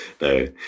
No